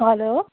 hello